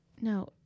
No